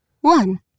one